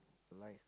life